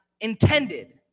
intended